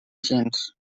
gens